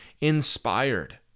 inspired